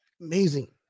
amazing